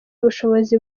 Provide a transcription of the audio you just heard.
ubushobozi